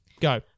Go